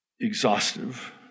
exhaustive